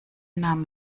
nahm